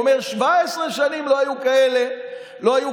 הוא אומר: 17 שנים לא היו כאלה הישגים.